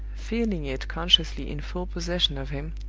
feeling it consciously in full possession of him,